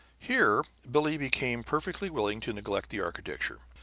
here billie became perfectly willing to neglect the architecture.